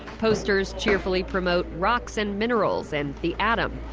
posters cheerfully promote rocks and minerals and the atom.